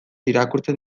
irakurtzen